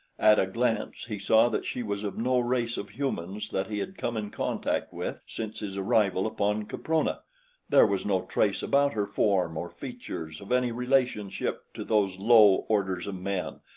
at a glance he saw that she was of no race of humans that he had come in contact with since his arrival upon caprona there was no trace about her form or features of any relationship to those low orders of men,